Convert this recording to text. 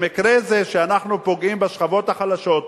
במקרה זה, כשאנחנו פוגעים בשכבות החלשות,